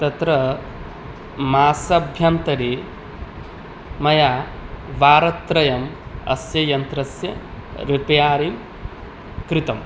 तत्र मासाभ्यन्तरे मया वारत्रयम् अस्य यन्त्रस्य रिप्यारि कृतम्